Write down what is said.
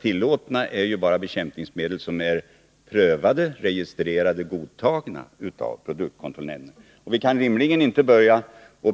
Tillåtna är bara bekämpningsmedel som är prövade, registrerade och godtagna av produktkontrollnämnden. Vi kan inte rimligen börja